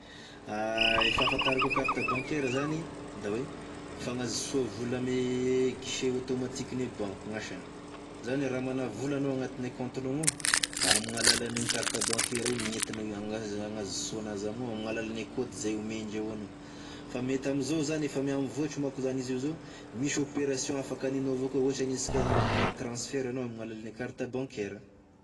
Fahafantarako e carte bancaire zany, da oe fagnazosoa vola ame guichet automatique ne banky gn'asany, zany oe raha mana vola anao agnatine kaontinao gnao da amign'alalan'igny carte bancaire igny gn'entinao agnaz- agnazosoa anazy amign'ao amign'alalane kôdy ze omendreo anao, fa mety amizao zany efa mihamivôtry mako zany izio zao misy opération afaka aninao avao koa oe ohatry aniasika magnano transfert anao amign'alalane carte bancaire.